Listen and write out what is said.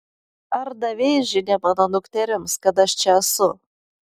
ar davei žinią mano dukterims kad aš čia esu